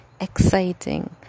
exciting